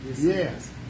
Yes